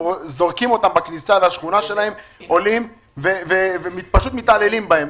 זורקים אותם בכניסה לשכונה שלהם ופשוט מתעללים בהם.